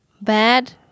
bad